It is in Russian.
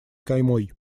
каймой